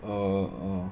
err oh